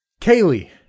Kaylee